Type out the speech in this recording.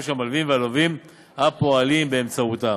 של המלווים והלווים הפועלים באמצעותה.